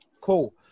Cool